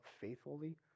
faithfully